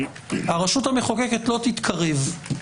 הרשות המחוקקת לא תתקרב,